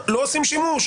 לא עושים שימוש,